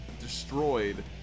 destroyed